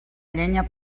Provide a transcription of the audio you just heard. llenya